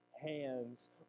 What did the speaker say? hands